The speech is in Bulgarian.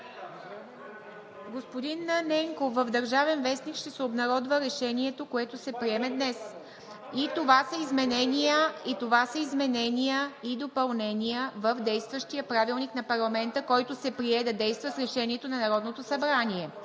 Господин Ненков, в „Държавен вестник“ ще се обнародва решението, което се приеме днес. Това са изменения и допълнения в действащия правилник на парламента, който се прие да действа с решението на Народното събрание.